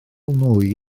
nwy